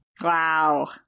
Wow